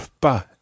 pas